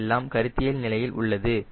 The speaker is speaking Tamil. இவையெல்லாம் கருத்தியல் நிலையில் உள்ளது